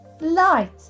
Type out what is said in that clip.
light